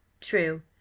True